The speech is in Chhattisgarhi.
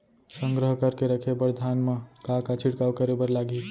संग्रह करके रखे बर धान मा का का छिड़काव करे बर लागही?